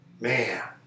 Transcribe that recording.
Man